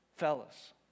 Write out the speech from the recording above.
Fellas